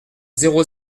zéro